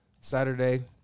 Saturday